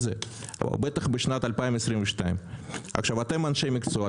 בטח בשנת 2022. אתם אנשי מקצוע,